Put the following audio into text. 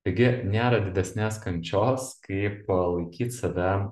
taigi nėra didesnės kančios kaip laikyt save